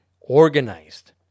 organized